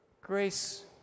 grace